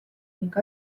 ning